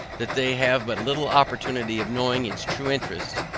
that they have but little opportunity of knowing its true interests,